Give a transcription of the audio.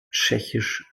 tschechisch